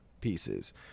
pieces